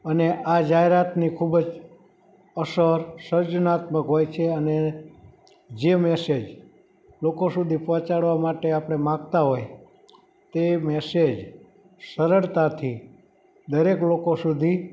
અને આ જાહેરાતની ખૂબ જ અસર સર્જનાત્મક હોય છે અને જે મેસેજ લોકો સુધી પહોંચાડવા માટે આપણે માગતા હોય તે મેસેજ સરળતાથી દરેક લોકો સુધી